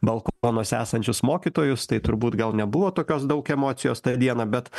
balkonuose esančius mokytojus tai turbūt gal nebuvo tokios daug emocijos tą dieną bet